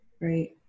right